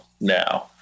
now